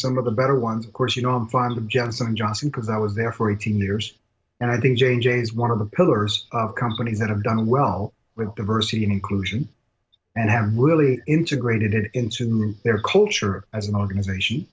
some of the better ones of course you don't find them johnson and johnson because i was there for eighteen years and i think jane jane is one of the pillars of companies that have done well with diversity and inclusion and have really integrated into their culture as an organization